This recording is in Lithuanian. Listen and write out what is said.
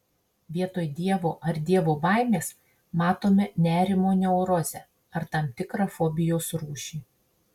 vietoj dievo ar dievo baimės matome nerimo neurozę ar tam tikrą fobijos rūšį